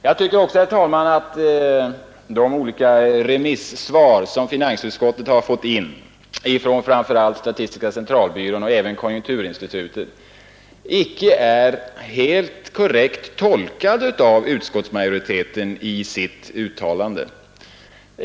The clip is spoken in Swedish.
Jag tycker också att de remisssvar som finansutskottet har fått in, framför allt från statistiska centralbyrån och konjunkturinstitutet, inte är helt korrekt tolkade av utskottsmajoriteten i förevarande betänkande.